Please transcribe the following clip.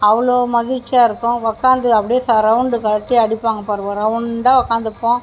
அவ்வளோ மகிழ்ச்சியாக இருக்கும் உக்காந்து அப்படியே சரவுண்டு கட்டி அடிப்பாங்க பாருங்கள் ரவுண்டாக உக்காந்துப்போம்